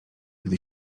gdy